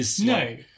No